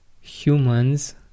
humans